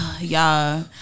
Y'all